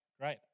great